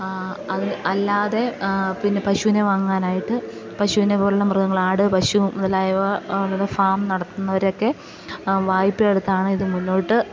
അല്ലാതെ പിന്നെ പശുവിനെ വാങ്ങാനായിട്ട് പശുവിനെ പോലെയുള്ള മൃഗങ്ങൾ ആട് പശു മുതലായവ അങ്ങനെ ഫാം നടത്തുന്നവരൊക്കെ വായ്പ എടുത്താണിതു മുന്നോട്ട്